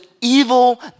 evil